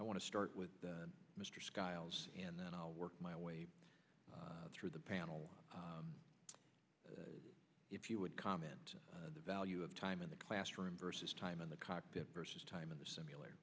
i want to start with mr skiles and then i'll work my way through the panel if you would comment the value of time in the classroom versus time in the cockpit versus time in the simulator